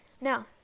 now